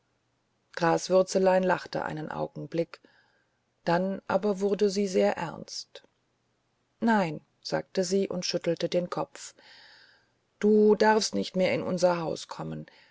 graswürzelein lachte einen augenblick dann aber wurde sie sehr ernst nein sagte sie und schüttelte den kopf du darfst nicht mehr in unser haus kommen